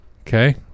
Okay